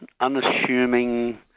unassuming